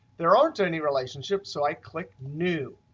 there aren't any relationships so i click new.